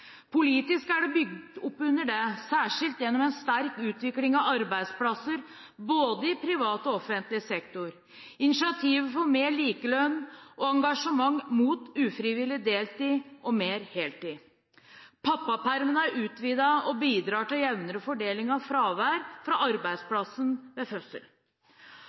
Politisk er det bygd opp under dette, særskilt gjennom en sterk utvikling av arbeidsplasser – både i privat og i offentlig sektor – gjennom initiativ for mer likelønn og gjennom engasjement mot ufrivillig deltid og for mer heltid. Pappapermen er utvidet og bidrar til jevnere fordeling av fravær fra arbeidsplassen ved fødsel.